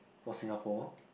for Singapore